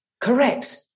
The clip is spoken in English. Correct